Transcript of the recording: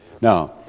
Now